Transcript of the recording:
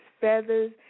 feathers